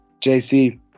JC